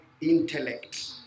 intellect